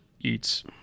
eats